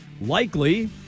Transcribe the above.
likely